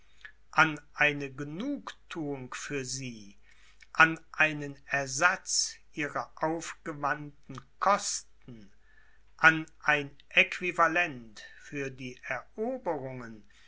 an eine genugthuung für sie an einen ersatz ihrer aufgewandten kosten an ein aequivalent für die eroberungen